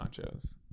nachos